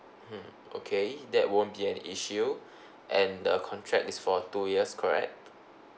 hmm okay that won't be an issue and the contract is for two years correct